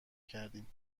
کردیم